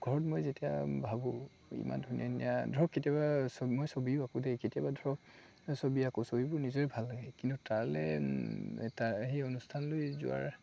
ঘৰত মই যেতিয়া ভাবোঁ ইমান ধুনীয়া ধুনীয়া ধৰক কেতিয়াবা মই ছবিও আঁকো দেই কেতিয়াবা ধৰক ছবি আঁকো ছবিবোৰ নিজৰে ভাল লাগে কিন্তু তালৈ সেই তালৈ অনুষ্ঠানলৈ যোৱাৰ